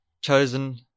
chosen